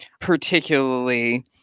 particularly